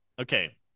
Okay